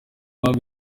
mpamvu